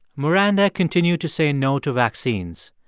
maranda continued to say no to vaccines.